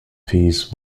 piece